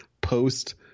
post